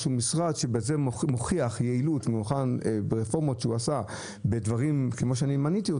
שהוא משרד שמוכיח בזה יעילות ברפורמות שהוא עשה כמו בדברים שמניתי,